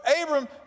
Abram